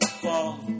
fall